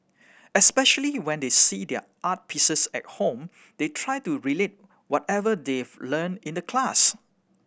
especially when they see their art pieces at home they try to relate whatever they've learn in the class